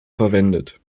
verwendet